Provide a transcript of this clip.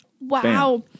Wow